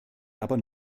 aber